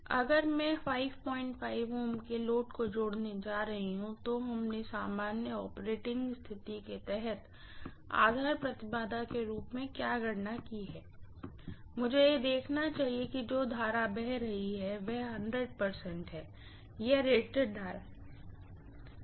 अब अगर मैं 55 Ω के लोड को जोड़ रही हूँ तो हमने सामान्य ऑपरेटिंग स्थिति के तहत आधार इम्पीडेन्स के रूप में क्या गणना की है मुझे यह देखना चाहिए कि जो करंट बह रही है वह है या रेटेड करंट है